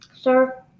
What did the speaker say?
sir